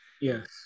yes